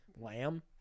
Lamb